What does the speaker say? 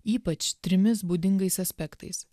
ypač trimis būdingais aspektais